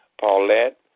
Paulette